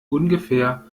ungefähr